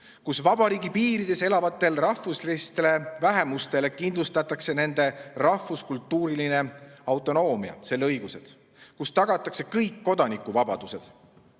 kus vabariigi piirides elavatele rahvuslistele vähemustele kindlustatakse nende rahvuskultuurilise autonoomia õigused, kus tagatakse kõik kodanikuvabadused.